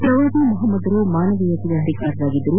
ಪ್ರವಾದಿ ಮೊಹಮ್ನದ್ರು ಮಾನವೀಯತೆಯ ಹರಿಕಾರರಾಗಿದ್ದರು